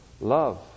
love